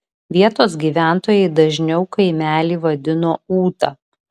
vietos gyventojai dažniau kaimelį vadino ūta